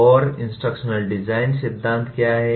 और instructional design सिद्धांत क्या है